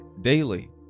daily